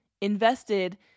invested